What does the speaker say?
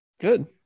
good